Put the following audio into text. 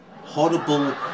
Horrible